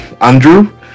andrew